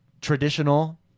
traditional